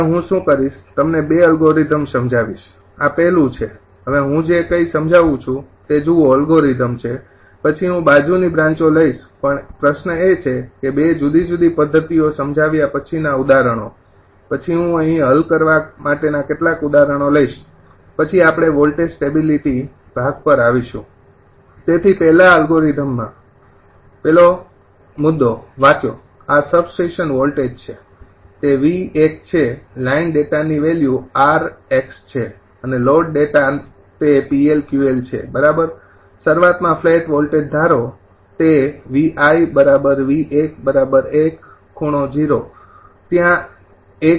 હવે હું શું કરીશ તમને 2 અલ્ગોરિધમ્સ સમજાવીશ આ પહેલું છે હવે હું જે કંઇ સમજાવું છું તે જુઓ એલ્ગોરિધમ છે પછી હું બાજુની બ્રાંચો લઈશ પણ પ્રશ્ન એ છે કે 2 જુદી જુદી પદ્ધતિઓ સમજાવ્યા પછીનાં ઉદાહરણો પછી હું અહીં હલ કરવા માટેના કેટલાક ઉદાહરણો લઈશ પછી આપણે વોલ્ટેજ સ્ટેબિલીટી ભાગ પર આવીશું તેથી પહેલા અલ્ગૉરિઘમ માં ૧ વાચો આ સબસ્ટેશન વોલ્ટેજ છે તે v૧ છે લાઈન ડેટાની વેલ્યુ r x છે અને લોડ ડેટા તે PL QL છે બરોબર શરૂઆતમાં ફ્લૅટ વોલ્ટેજ ધારો તે v v૧ ૧∠0° ત્યાં i ૧૨